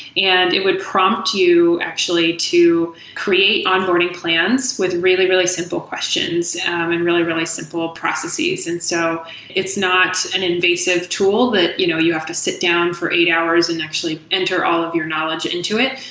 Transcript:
and it would prompt you actually to create onboarding plans with really, really simple questions and really, really simple processes. and so it's not an invasive tool that you know you have to sit down for eight hours and actually enter all of your knowledge into it,